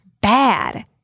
bad